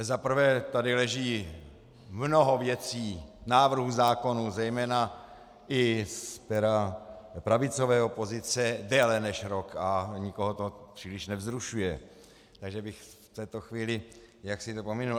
Za prvé tady leží mnoho věcí, návrhů zákonů, zejména i z pera pravicové opozice, déle než rok a nikoho to příliš nevzrušuje, takže bych v této chvíli to pominul.